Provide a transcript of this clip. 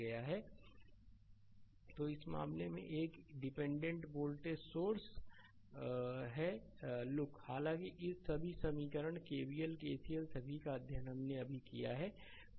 slide समय देखें 0609 तो इस मामले में एक डिपेंडेंट वोल्टेज सोर्स vx है लुक हालांकि इस सभी समीकरणों केवीएल केसीएल सभी का अध्ययन हमने अभी किया है